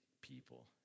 people